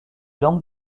langues